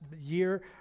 year